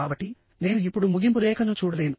కాబట్టి నేను ఇప్పుడు ముగింపు రేఖను చూడలేను